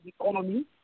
economy